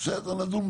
זה גם הופך את